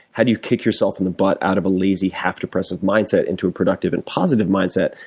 how do you kick yourself in the butt out of a lazy, half-depressive mindset into a productive and positive mindset?